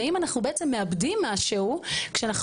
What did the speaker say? והאם אנחנו בעצם מאבדים משהו כשאנחנו